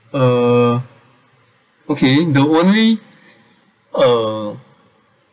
uh okay the only uh